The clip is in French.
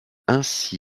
ainsi